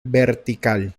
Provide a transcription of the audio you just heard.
vertical